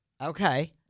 Okay